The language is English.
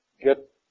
get